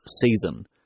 season